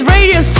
Radio